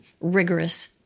rigorous